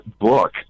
book